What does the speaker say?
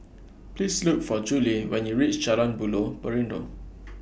Please Look For Julie when YOU REACH Jalan Buloh Perindu